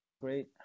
great